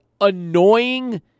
annoying